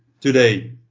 today